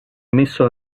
messo